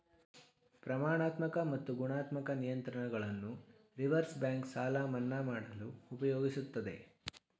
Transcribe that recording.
ಪ್ರಮಾಣಾತ್ಮಕ ಮತ್ತು ಗುಣಾತ್ಮಕ ನಿಯಂತ್ರಣಗಳನ್ನು ರಿವರ್ಸ್ ಬ್ಯಾಂಕ್ ಸಾಲ ಮನ್ನಾ ಮಾಡಲು ಉಪಯೋಗಿಸುತ್ತದೆ